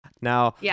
Now